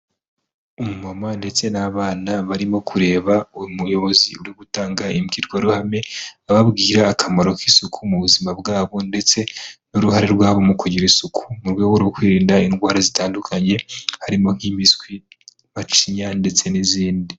Umu mama ndetse n'abana barimo kureba umuyobozi uri gutanga imbwirwaruhame, ababwira akamaro k'isuku mu buzima bwabo ndetse n'uruhare rwabo mu kugira isuku mu rwego rwo kwirinda indwara zitandukanye harimo nk'impiswi, macinya ndetse n'izindi.